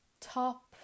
top